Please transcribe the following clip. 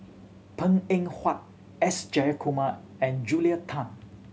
Png Eng Huat S Jayakumar and Julia Tan